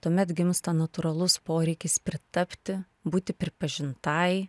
tuomet gimsta natūralus poreikis pritapti būti pripažintai